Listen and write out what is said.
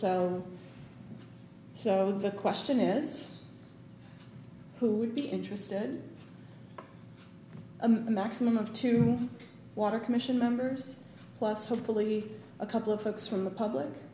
so so the question is who would be interested a maximum of two water commission members plus hopefully a couple of folks from the public